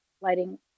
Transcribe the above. lighting